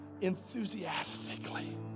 enthusiastically